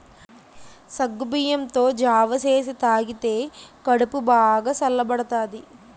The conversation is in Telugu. సగ్గుబియ్యంతో జావ సేసి తాగితే కడుపు బాగా సల్లబడతాది